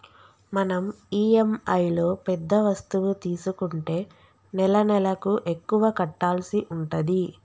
మనం ఇఎమ్ఐలో పెద్ద వస్తువు తీసుకుంటే నెలనెలకు ఎక్కువ కట్టాల్సి ఉంటది